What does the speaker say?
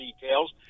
details